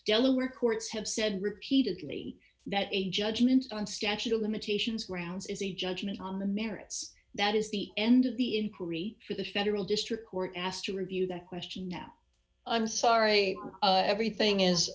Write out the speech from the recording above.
delaware courts have said repeatedly that a judgment on statute of limitations grounds is a judgment on the merits that is the end of the inquiry for the federal district court asked to review that question now i'm sorry everything is